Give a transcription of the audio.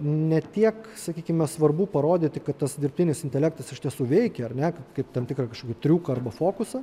ne tiek sakykime svarbu parodyti kad tas dirbtinis intelektas iš tiesų veikia ar ne kaip tam tikrą kašokį triuką arba fokusą